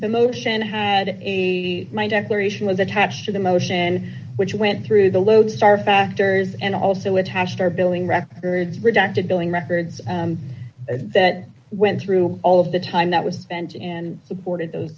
the motion had a my declaration was attached to the motion which went through the lodestar factors and also attached our billing records redacted billing records that went through all of the time that was spent and supported